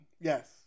Yes